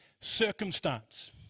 circumstance